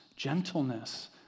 gentleness